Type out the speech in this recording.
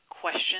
question